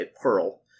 Pearl